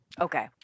Okay